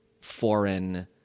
foreign